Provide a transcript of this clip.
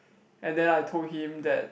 and then I told him that